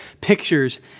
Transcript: pictures